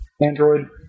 Android